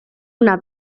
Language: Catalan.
una